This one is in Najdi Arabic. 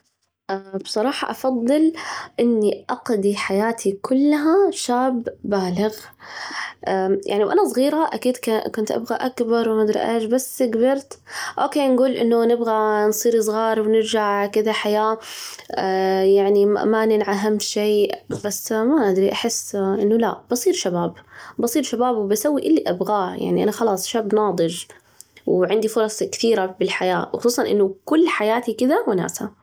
بصراحة أفضل أني أقضي حياتي كلها شاب بالغ، يعني وأنا صغيرة أكيد كا كنت أبغى أكبر وما أدري إيش، بس كبرت، أوكي نجول إنه نبغى نصير صغار ونرجع كذا حياة يعني ما ننعي هم شيء، بس ما أدري، أحس إنه لا، بصير شباب، بصير شباب وبسوي اللي أبغاه، يعني أنا خلاص شاب ناضج وعندي فرص كثيرة بالحياة، وخصوصًا إنه كل حياتي كذا وناسة.